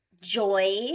joy